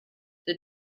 the